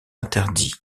interdit